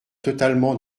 totalement